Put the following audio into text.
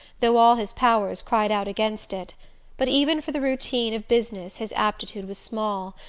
though all his powers cried out against it but even for the routine of business his aptitude was small,